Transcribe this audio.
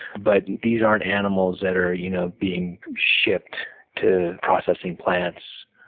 but these aren't animals that are, you know, being shipped to processing plants.